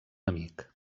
amic